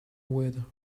weather